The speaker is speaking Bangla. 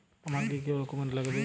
আমার কি কি ডকুমেন্ট লাগবে?